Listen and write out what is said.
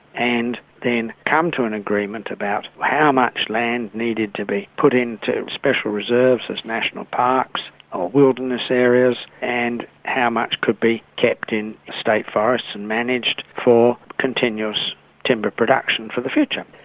and then come to an agreement about how much land needed to be put into special reserves as national parks or wilderness areas and how much could be kept in state forests and managed for continuous timber production for the future.